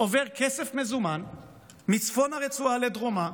עובר כסף מזומן מצפון הרצועה לדרומה,